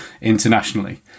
internationally